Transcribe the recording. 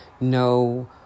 no